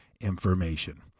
information